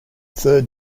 third